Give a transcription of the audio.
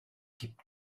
gibt